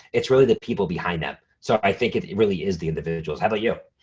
it's really the people behind them. so i think it really is the individuals. how about you?